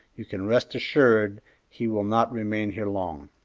you can rest assured he will not remain here long.